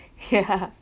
yeah